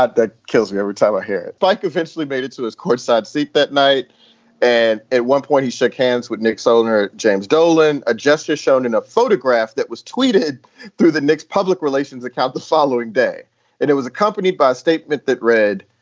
ah that kills me every time i hear it. like eventually made it to his courtside seat that night and at one point he shook hands with knicks owner james dolan, a gesture shown in a photograph that was tweeted through the knicks public relations account the following day. and it was accompanied by a statement that read,